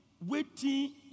Waiting